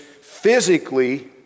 physically